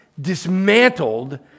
dismantled